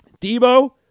Debo